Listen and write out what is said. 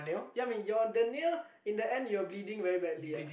yeah I mean your the nail in the end you're bleeding very badly ah